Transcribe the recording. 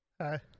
Hi